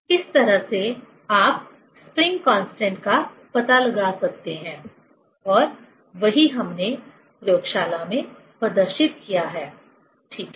इस तरह से आप स्प्रिंग कांस्टेंट का पता लगा सकते हैं और वही हमने प्रयोगशाला में प्रदर्शित किया है ठीक है